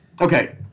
Okay